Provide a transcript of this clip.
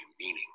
meaning